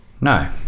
No